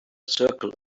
circle